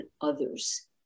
others